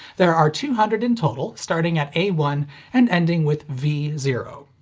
there are two hundred in total, starting at a one and ending with v zero.